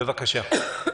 בבקשה.